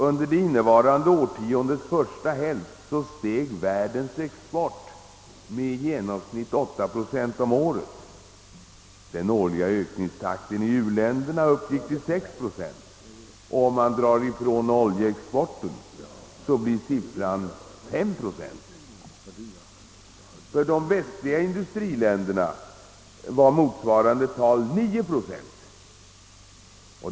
Under det innevarande årtiondets första hälft steg världens export med i genomsnitt 8 procent om året. Den årliga ökningstakten i u-länderna uppgick till 6 procent. Drar man ifrån oljeexporten blir siffran 5 procent. För de västliga industriländerna var motsvarande tal 9 procent.